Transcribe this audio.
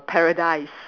paradise